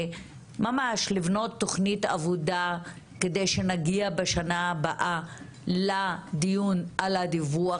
לבנות תכנית עבודה כדי שנגיע בשנה הבאה לדיון על הדיווח,